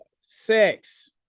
sex